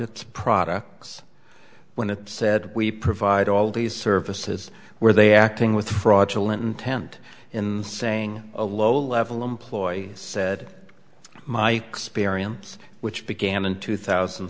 the products when they said we provide all these services were they acting with fraudulent intent in saying a low level employee said my experience which began in two thousand